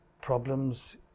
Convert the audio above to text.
problems